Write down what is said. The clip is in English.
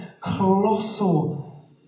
colossal